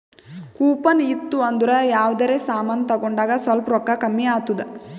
coupon ಇತ್ತು ಅಂದುರ್ ಯಾವ್ದರೆ ಸಮಾನ್ ತಗೊಂಡಾಗ್ ಸ್ವಲ್ಪ್ ರೋಕ್ಕಾ ಕಮ್ಮಿ ಆತ್ತುದ್